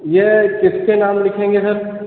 यह किसके नाम लिखेंगे सर